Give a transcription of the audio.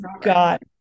got-